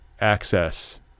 access